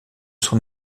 son